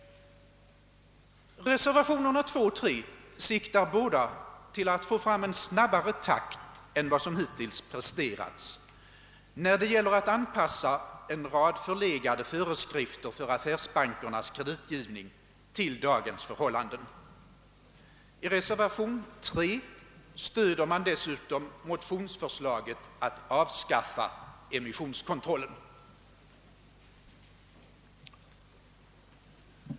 Reservationerna 2 a och 3 siktar båda till att åstadkomma en snabbare takt än vad som hittills presterats när det gäller att anpassa en rad förlegade föreskrifter för affärsbankernas kreditgivning till dagens förhållanden. I reservationen 3 stöder man dessutom motionsförslaget att avskaffa emissionskontrollen.